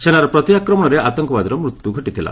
ସେନାର ପ୍ରତି ଆକ୍ରମଣରେ ଆତଙ୍କବାଦୀର ମୃତ୍ୟୁ ଘଟିଥିଲା